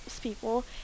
people